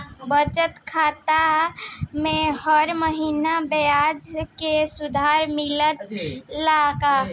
बचत खाता में हर महिना ब्याज के सुविधा मिलेला का?